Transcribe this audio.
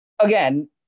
again